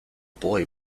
boy